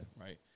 right